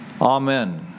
Amen